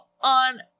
on